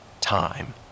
time